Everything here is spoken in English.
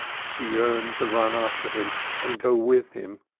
she yearned to run after him and go with him,